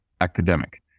academic